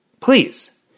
Please